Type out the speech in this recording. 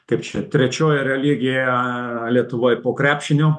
kaip čia trečioji religija lietuvoj po krepšinio